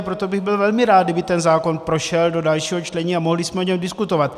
Proto bych byl velmi rád, kdyby ten zákon prošel do dalšího čtení a mohli jsme o něm diskutovat.